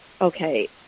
okay